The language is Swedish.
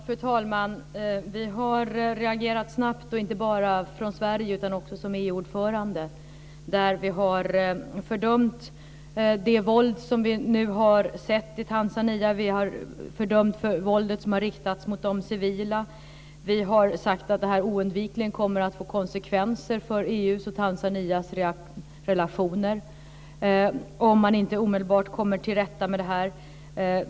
Fru talman! Sverige har reagerat snabbt, inte bara som land utan också som EU-ordförande. Vi har fördömt det våld som vi nu har sett i Tanzania. Vi har fördömt våldet som har riktats mot de civila. Vi har sagt att det oundvikligen kommer att få konsekvenser för EU:s och Tanzanias relationer om man inte genast kommer till rätta med det här.